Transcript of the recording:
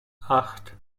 acht